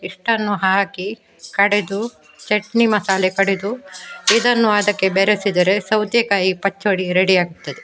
ಇಷ್ಟನ್ನು ಹಾಕಿ ಕಡೆದು ಚಟ್ನಿ ಮಸಾಲೆ ಕಡೆದು ಇದನ್ನು ಅದಕ್ಕೆ ಬೆರೆಸಿದರೆ ಸೌತೆಕಾಯಿ ಪಚ್ಚಡಿ ರೆಡಿಯಾಗ್ತದೆ